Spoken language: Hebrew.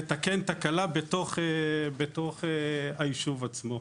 לתקן תקלה בתוך היישוב עצמו.